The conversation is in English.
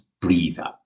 breather